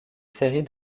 série